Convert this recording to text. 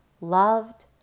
loved